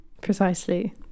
precisely